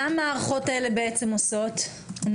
מה מערכות האוורור האלה בעצם עושות?